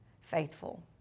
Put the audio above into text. faithful